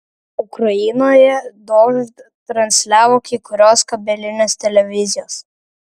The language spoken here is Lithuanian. ukrainoje dožd transliavo kai kurios kabelinės televizijos